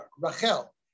Rachel